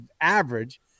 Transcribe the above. average